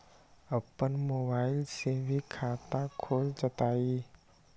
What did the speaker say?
अपन मोबाइल से भी खाता खोल जताईं?